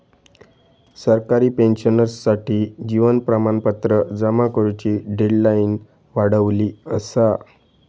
सरकारी पेंशनर्ससाठी जीवन प्रमाणपत्र जमा करुची डेडलाईन वाढवली असा